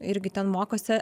irgi ten mokosi